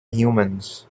humans